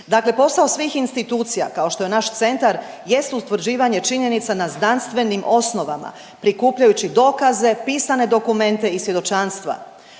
Dakle, posao svih institucija kao što je naš centar jest utvrđivanje činjenica na znanstvenim osnovama prikupljajući dokaze, pisane dokumente i svjedočanstva.